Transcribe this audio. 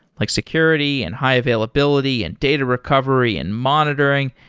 like security, and high-availability, and data recovery, and monitoring,